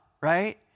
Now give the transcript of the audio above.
right